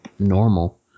normal